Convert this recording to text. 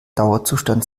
dauerzustand